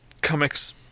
comics